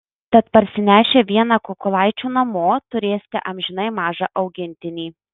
tad parsinešę vieną kukulaičių namo turėsite amžinai mažą augintinį